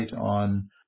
on